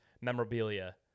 memorabilia